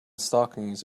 stockings